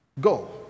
go